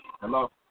Hello